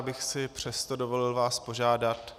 Já bych si přesto dovolil vás požádat.